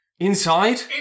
Inside